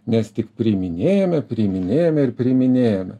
nes tik priiminėjame priiminėjome ir priiminėjame